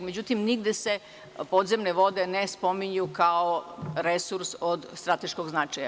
Međutim, nigde se podzemne vode ne spominju kao resurs od strateškog značaja.